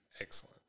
Excellent